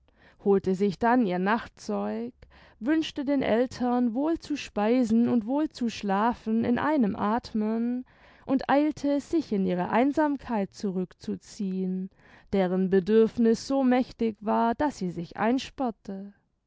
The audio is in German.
holte sich dann ihr nachtzeug wünschte den eltern wohl zu speisen und wohl zu schlafen in einem athmen und eilte sich in ihre einsamkeit zurückzuziehen deren bedürfniß so mächtig war daß sie sich einsperrte